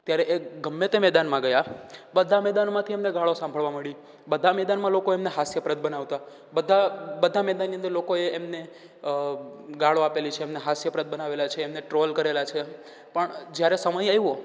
ત્યારે એ ગમે તે મેદાનમાં ગયા બધા મેદાનમાંથી એમને ગાળો સાંભળવા મળી બધા મેદાનમાં લોકો એમને હાસ્યપ્રદ બનાવતા બધા બધા મેદાનની અંદર લોકો એ એમને ગાળો આપેલી છે એમને હાસ્યપ્રદ બનાવેલા છે એમને ટ્રોલ કરેલા છે પણ જ્યારે સમય આવ્યો